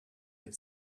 had